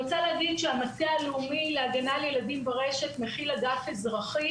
המטה הלאומי להגנה על ילדים ברשת מכיל אגף אזרחי